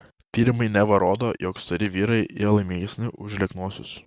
tyrimai neva rodo jog stori vyrai yra laimingesni už lieknuosius